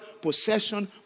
possession